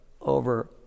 over